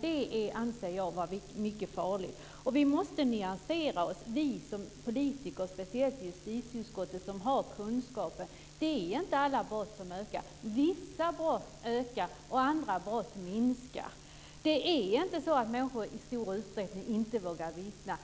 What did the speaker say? Det anser jag vara mycket farligt. Vi måste som politiker nyansera oss, speciellt vi i justitieutskottet som har kunskaper. Det är inte alla brott som ökar. Vissa brott ökar och andra brott minskar. Det är inte så att människor i stor utsträckning inte vågar vittna.